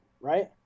right